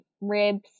ribs